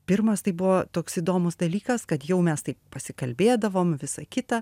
pirmas tai buvo toks įdomus dalykas kad jau mes taip pasikalbėdavom visa kita